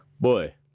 boy